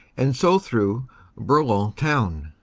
and so through bourlon town.